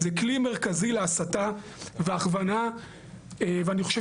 זה כלי מרכזי להסתה והכוונה ואני חושב